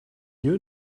you